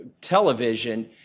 television